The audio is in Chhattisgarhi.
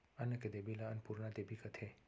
अन्न के देबी ल अनपुरना देबी कथें